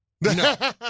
no